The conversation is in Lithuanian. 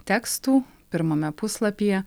tekstų pirmame puslapyje